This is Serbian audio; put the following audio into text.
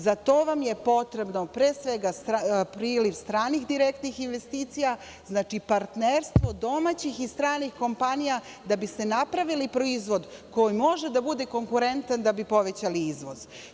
Za to vam je potrebno, pre svega, priliv stranih direktnih investicija, znači, partnerstvo domaćih i stranih kompanija, da biste napravili proizvod koji može da bude konkurentan, da bi povećali izvoz.